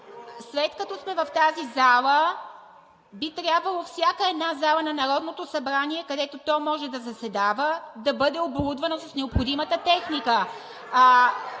След като сме в тази зала, би трябвало всяка една зала на Народното събрание, където то може да заседава, да бъде оборудвана с необходимата техника,